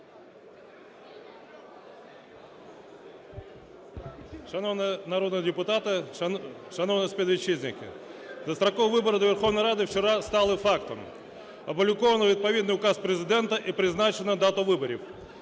Шановні народні депутати, шановні співвітчизники! Дострокові вибори до Верховної Ради вчора стали фактом: опубліковано відповідний указ Президента і призначено дату виборів.